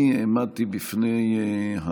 אני העמדתי בפני,